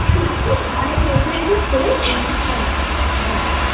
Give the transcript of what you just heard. মানে আমি বলতে চাইছি স্ট্রেইট না কি কার্লি আপনার হেয়ারটা